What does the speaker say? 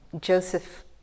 Joseph